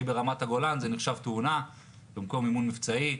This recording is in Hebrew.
ברמת הגולן זה נחשב תאונה במקום אימון מבצעי.